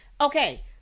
Okay